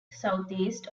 southeast